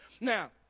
Now